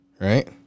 Right